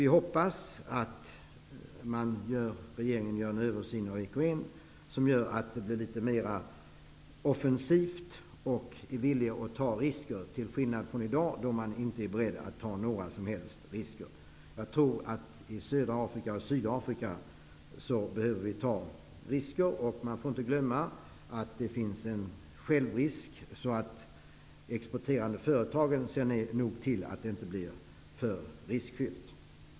Vi hoppas att regeringen gör en översyn av EKN, som leder till att man blir litet mera offensiv och villig att ta risker, till skillnad från i dag, då man inte är beredd att ta några som helst risker. Jag tror att vi i södra Afrika och i Sydafrika behöver ta risker. Man får inte glömma att det finns en självrisk. De exporterande företagen ser nog till att det inte blir för riskfyllt.